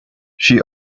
she